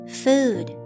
food